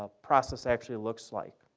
ah process actually looks like.